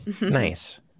nice